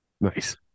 Nice